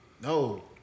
No